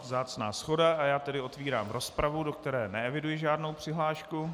Vzácná shoda, a já tedy otevírám rozpravu, do které neeviduji žádnou přihlášku.